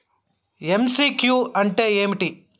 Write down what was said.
MCQ అంటే ఏమిటి?